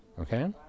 okay